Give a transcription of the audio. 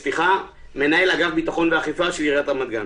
אני מנהל אגף ביטחון ואכיפה של עיריית רמת-גן